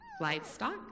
livestock